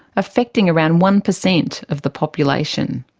effecting around one percent of the population.